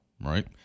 right